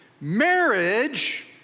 marriage